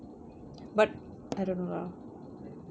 but I don't know lah